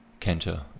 Kenta